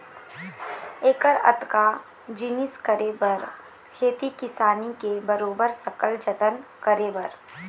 ऐकर अतका जिनिस करे बर खेती किसानी के बरोबर सकल जतन करे बर